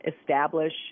establish